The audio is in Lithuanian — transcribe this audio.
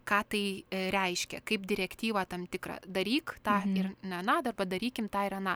ką tai reiškia kaip direktyvą tam tikrą daryk tą ir na na dar padarykim tą ir aną